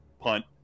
Punt